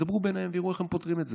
שידברו ביניהם ויראו איך הם פותרים את זה.